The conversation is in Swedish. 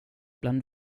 bland